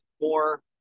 more